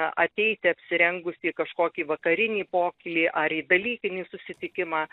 ateiti apsirengus į kažkokį vakarinį pokylį ar į dalykinį susitikimą